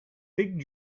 fig